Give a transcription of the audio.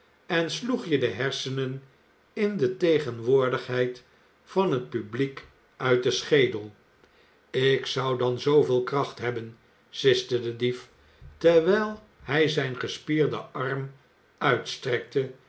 en sloeg je de hersenen in de tegenwoordigheid van het publiek uit den schedel ik zou dan zooveel kracht hebben siste de dief terwijl hij zijn gespierden arm uitstrekte